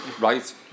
Right